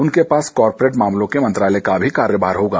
उनके पास कॉरपोरेट मामलों के मंत्रालय का भी कार्यभार होगा